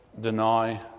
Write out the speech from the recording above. deny